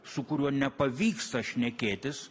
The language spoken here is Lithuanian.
su kuriuo nepavyksta šnekėtis